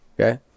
Okay